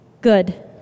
Good